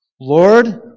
Lord